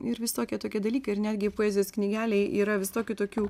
ir visokie tokie dalykai ir netgi poezijos knygelėj yra visokių tokių